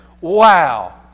Wow